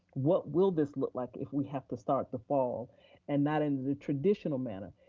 what will this look like if we have to start the fall and not in the traditional manner?